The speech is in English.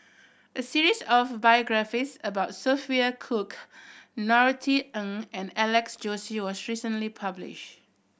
a series of biographies about Sophia Cooke Norothy Ng and Alex Josey was recently published